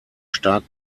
stark